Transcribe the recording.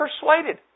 persuaded